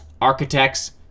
architects